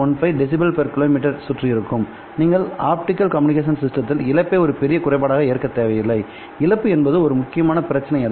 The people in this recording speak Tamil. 15 dB km சுற்றி இருக்கும் எனவே நீங்கள் ஆப்டிகல் கம்யூனிகேஷன் சிஸ்டத்தில் இழப்பை ஒரு பெரிய குறைபாடாக ஏற்கத் தேவையில்லை இழப்பு என்பது இன்று ஒரு முக்கியமான பிரச்சினை அல்ல